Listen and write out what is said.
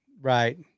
right